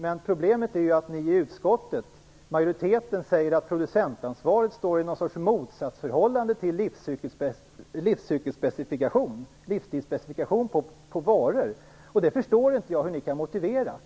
Men problemet är ju att majoriteten i utskottet säger att producentansvaret står i en sorts motsatsförhållande till livstidsspecifikation på varor. Jag förstår inte hur ni kan motivera det.